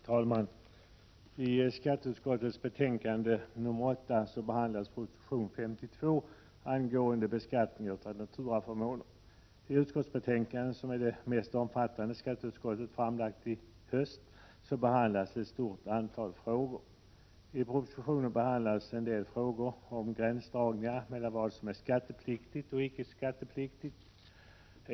Herr talman! I skatteutskottets betänkande nr 8 behandlas proposition 52 angående beskattning av naturaförmåner. I utskottsbetänkandet, som är det mest omfattande skatteutskottet framlagt i höst, behandlas ett stort antal frågor. I propositionen behandlas en del frågor som gäller gränsdragningen mellan vad som är skattepliktigt och icke skattepliktigt.